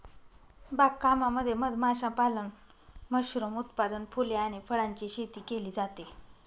बाग कामामध्ये मध माशापालन, मशरूम उत्पादन, फुले आणि फळांची शेती केली जाते